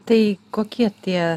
tai kokie tie